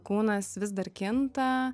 kūnas vis dar kinta